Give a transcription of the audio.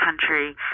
country